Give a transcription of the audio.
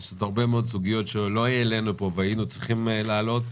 יש עוד הרבה מאוד סוגיות שלא העלינו פה והיינו צריכים להעלות.